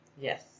Yes